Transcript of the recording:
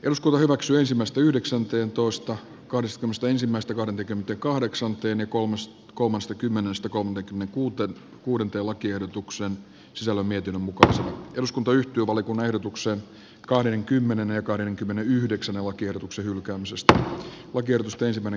rusko hyväksyisi vasta yhdeksänteentoista kahdestoista ensimmäistä kolmekymmentäkahdeksan työn ja kolmas kolmestakymmenestä kolmekymmentä uutta kuuden työlakiehdotuksen sisällä mietin ensin äänestetään pykälän sisältöä koskevasta ehdotuksesta ja kahdenkymmenenyhdeksän lakiehdotuksen hylkäämisestä oikeus pesivän